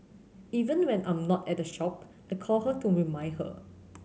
even when I'm not at the shop I call her to remind her